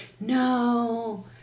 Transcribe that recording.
no